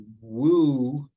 woo